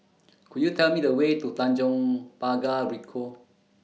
Could YOU Tell Me The Way to Tanjong Pagar Ricoh